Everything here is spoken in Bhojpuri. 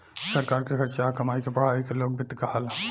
सरकार के खर्चा आ कमाई के पढ़ाई के लोक वित्त कहाला